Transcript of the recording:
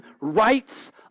rights